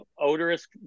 Odorous